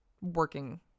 working